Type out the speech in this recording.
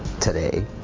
today